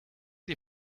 die